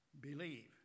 believe